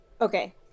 okay